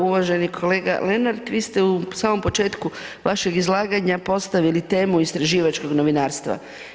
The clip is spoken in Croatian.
Uvaženi kolega Lenart, vi ste u samom početku vašeg izlaganja postavili temu istraživačkog novinarstva.